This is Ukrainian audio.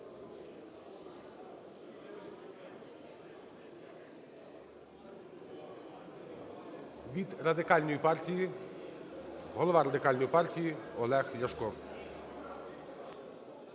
Від Радикальної партії голова Радикальної партії Олег Ляшко.